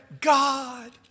God